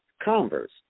Converse